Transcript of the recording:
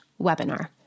webinar